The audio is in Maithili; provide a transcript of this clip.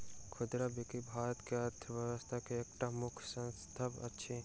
खुदरा बिक्री भारत के अर्थव्यवस्था के एकटा मुख्य स्तंभ अछि